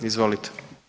Izvolite.